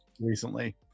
recently